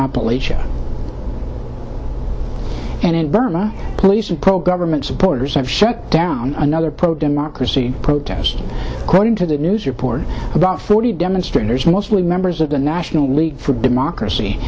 appalachians and in burma police and pro government supporters have shut down another pro democracy protests according to the news reports about forty demonstrators mostly members of the national league for democracy